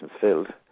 filled